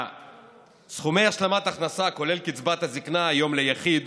שסכומי השלמת הכנסה, כולל קצבת הזקנה, היום ליחיד